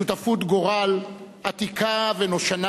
שותפות גורל עתיקה ונושנה,